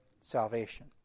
salvation